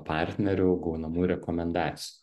partnerių gaunamų rekomendacijų